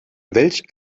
welch